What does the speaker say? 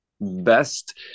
best